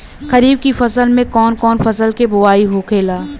खरीफ की फसल में कौन कौन फसल के बोवाई होखेला?